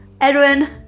Edwin